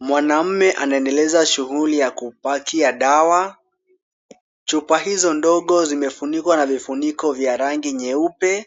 Mwanamme anaendeleza shuguli ya kupakia dawa. Chupa hizo ndogo zimefunikwa na vifuniko vya rangi nyeupe.